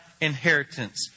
inheritance